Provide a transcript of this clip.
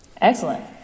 Excellent